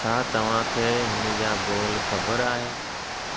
छा तव्हांखे हिन जा ॿोल ख़बर आहे